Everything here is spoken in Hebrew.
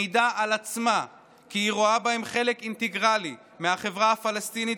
מעידה על עצמה כי היא רואה בהם חלק אינטגרלי מהחברה הפלסטינית,